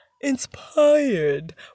inspired